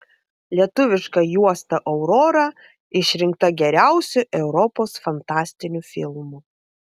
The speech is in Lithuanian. lietuviška juosta aurora išrinkta geriausiu europos fantastiniu filmu